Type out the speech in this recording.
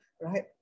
right